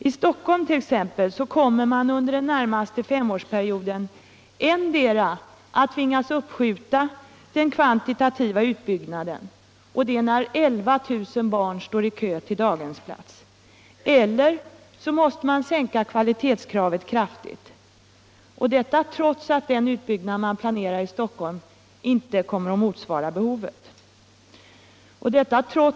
I Stockholm t.ex. kommer man under den närmaste femårsperioden att tvingas antingen att uppskjuta den kvantitativa utbyggnaden — och det när 11 000 barn står i kö för daghemsplats — eller också att sänka kvalitetskravet kraftigt, trots att den utbyggnad man planerar i Stockholm inte kommer att motsvara behovet.